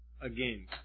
Again